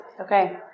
Okay